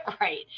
Right